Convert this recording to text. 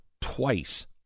twice